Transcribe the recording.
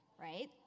right